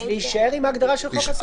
אז נישאר עם הגדרת חוק הסמכויות.